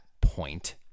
point